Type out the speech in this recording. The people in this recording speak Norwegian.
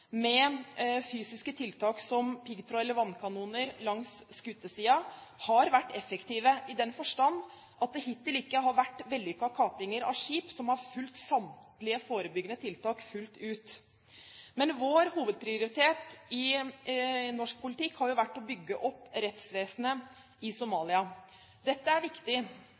med fysiske tiltak som piggtråd eller vannkanoner langs skutesiden, har vært effektive i den forstand at det hittil ikke har vært vellykkede kapringer av skip som har fulgt samtlige forebyggende tiltak fullt ut. Men vår hovedprioritet i norsk politikk har jo vært å bygge opp rettsvesenet i Somalia. Dette er viktig,